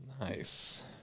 nice